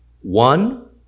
one